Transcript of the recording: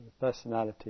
Personality